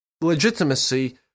legitimacy